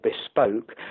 bespoke